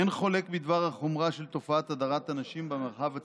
אין חולק בדבר החומרה של תופעת הדרת הנשים במרחב הציבורי,